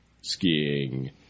skiing